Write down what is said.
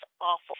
awful